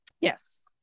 Yes